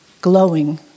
glowing